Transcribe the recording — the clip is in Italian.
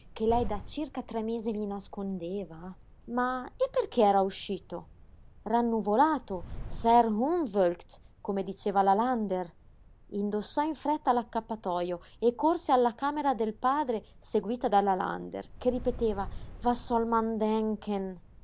che lei da circa tre mesi gli nascondeva ma e perché era uscito rannuvolato sehr umwlkt come diceva la lander indossò in fretta l'accappatojo e corse alla camera del padre seguita dalla lander che ripeteva was soll man denken che